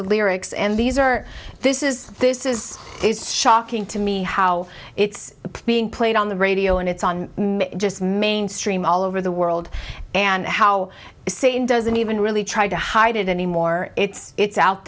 the lyrics and these are this is this is is shocking to me how it's being played on the radio and it's on just mainstream all over the world and how satan doesn't even really try to hide it anymore it's